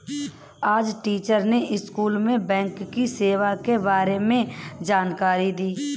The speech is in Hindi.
आज टीचर ने स्कूल में बैंक की सेवा के बारे में जानकारी दी